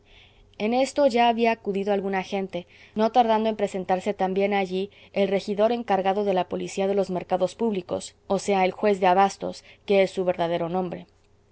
en esto ya había acudido alguna gente no tardando en presentarse también allí el regidor encargado de la policía de los mercados públicos o sea el juez de abastos que es su verdadero nombre